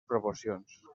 proporcions